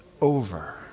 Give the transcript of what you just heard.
over